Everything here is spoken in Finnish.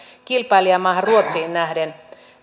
kilpailijamaahan ruotsiin nähden